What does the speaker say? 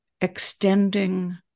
extending